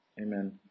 Amen